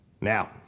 Now